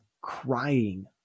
crying